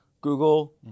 Google